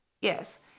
Yes